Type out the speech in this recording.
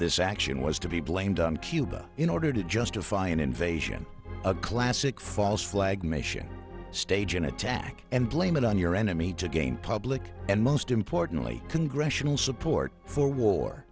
this action was to be blamed on cuba in order to justify an invasion a classic false flag mission stage an attack and blame it on your enemy to gain public and most importantly congressional support for war